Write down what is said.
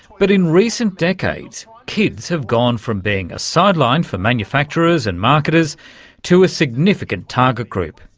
but in recent decades kids have gone from being a sideline for manufacturers and marketers to a significant target group.